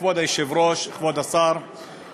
כאילו מנהלי בתי-ספר הערביים הם הפקר,